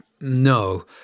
No